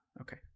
okay